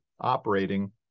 operating